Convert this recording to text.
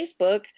Facebook